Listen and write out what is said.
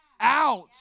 out